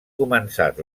començat